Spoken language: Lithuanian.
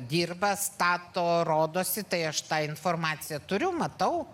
dirba stato rodosi tai aš tą informaciją turiu matau